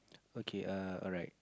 okay uh alright